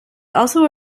also